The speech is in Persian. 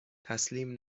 تسلیم